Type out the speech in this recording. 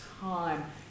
time